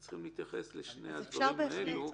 צריכים להתייחס לשני הדברים האלו.